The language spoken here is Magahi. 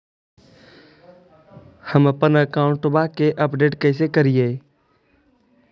हमपन अकाउंट वा के अपडेट कैसै करिअई?